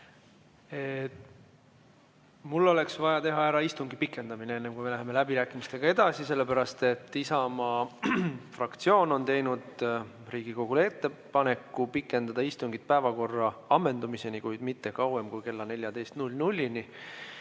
Mul oleks vaja teha ära istungi pikendamine, enne kui me läheme läbirääkimistega edasi. Isamaa fraktsioon on teinud Riigikogule ettepaneku pikendada istungit päevakorra ammendumiseni, kuid mitte kauem kui kella 14-ni.